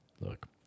look